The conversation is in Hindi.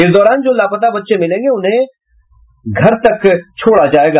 इस दौरान जो लापता बच्चे मिलेंगे उन्हें उनके घर तक छोड़ा जायेगा